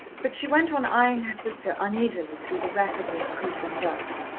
but she went on eyeing her sister uneasily through the rapidly increasing dusk.